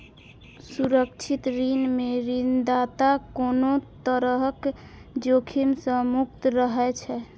सुरक्षित ऋण मे ऋणदाता कोनो तरहक जोखिम सं मुक्त रहै छै